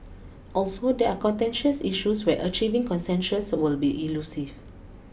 also they are contentious issues where achieving consensus will be elusive